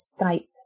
Skype